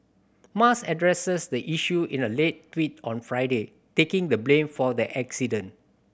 musk addressed the issue in a late tweet on Friday taking the blame for the accident